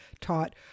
taught